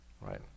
right